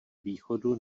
východu